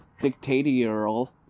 Dictatorial